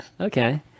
Okay